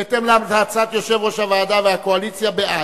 בהתאם להצעת יושב-ראש הוועדה והקואליציה בעד?